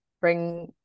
bring